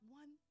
one